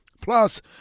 Plus